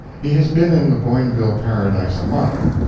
he has been in the boinville paradise a month,